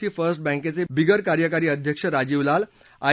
C first बँकेचे बिगर कार्यकारी अध्यक्ष राजीव लाल आय